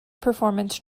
performance